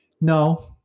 No